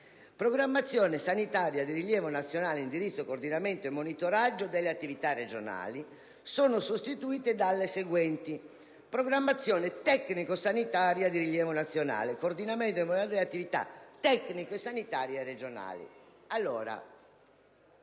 «programmazione sanitaria di rilievo nazionale, indirizzo, coordinamento e monitoraggio delle attività regionali»; sono sostituite dalle seguenti: «programmazione tecnico-sanitaria di rilievo nazionale e indirizzo, coordinamento e monitoraggio delle attività tecniche sanitarie regionali,